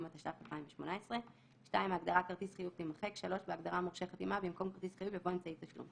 החיוב כאמור" יבוא "באמצעות אמצעי התשלום